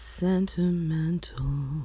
sentimental